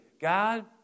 God